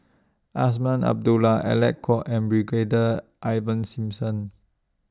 Azman Abdullah Alec Kuok and Brigadier Ivan Simson